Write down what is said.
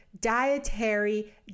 dietary